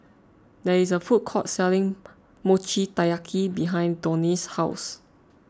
there is a food court selling Mochi Taiyaki behind Donie's house